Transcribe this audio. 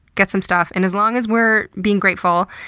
get some stuff. and as long as we're being grateful,